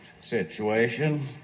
situation